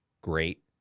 great